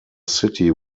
city